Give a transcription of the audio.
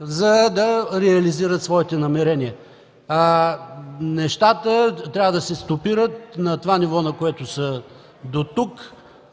за да реализират своите намерения. Нещата трябва да се стопират на това ниво, на което са дотук.